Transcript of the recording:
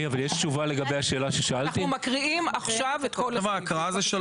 אנחנו מקריאים עכשיו את כל הסעיפים.